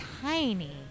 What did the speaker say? tiny